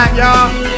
y'all